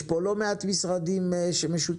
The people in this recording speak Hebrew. יש פה לא מעט משרדים שמשותפים.